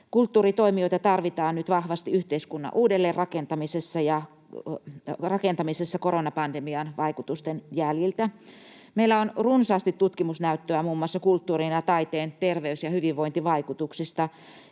Kulttuuritoimijoita tarvitaan nyt vahvasti yhteiskunnan uudelleenrakentamisessa koronapandemian vaikutusten jäljiltä. Meillä on runsaasti tutkimusnäyttöä muun muassa kulttuurin ja taiteen terveys‑ ja hyvinvointivaikutuksista.